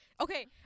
Okay